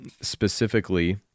specifically